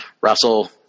Russell